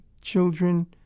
Children